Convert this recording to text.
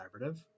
Collaborative